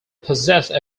possessed